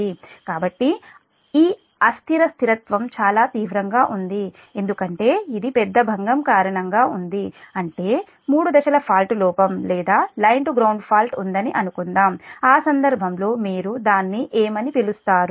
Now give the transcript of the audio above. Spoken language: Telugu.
కాబట్టి ఈ అస్థిర స్థిరత్వం చాలా తీవ్రంగా ఉంది ఎందుకంటే ఇది పెద్ద అలజడి కారణంగా ఉంది అంటే మూడు దశల ఫాల్ట్ లోపం లేదా లైన్ టు గ్రౌండ్ ఫాల్ట్ ఉందని అనుకుందాం ఆ సందర్భంలో మీరు దాన్ని ఏమని పిలుస్తారు